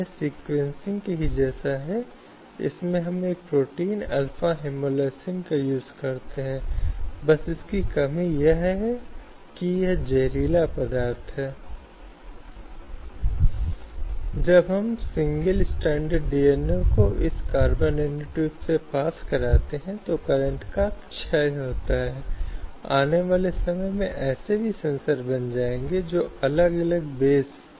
और अच्छा उदाहरण शायद रूपन देओल बजाज बनाम के पी एस गिल मामला हो सकता है जहां एक व्यक्ति जो एक प्रतिवादी है और एक महिला के तल पर आ गया और अब वह कुछ ऐसा है जो एक महिला को बहुत अपमानजनक लगता है और निश्चित रूप से सबसे ज्यादा अनजान और अपमानजनक रूप है महिलाओं के साथ दुर्व्यवहार भले ही यह कुछ ऐसा हो सकता है जो आदमी को सामान्य और स्वीकार्य लगता है हो सकता है कि वह एक व्यक्ति या अन्य व्यक्ति या जो भी हो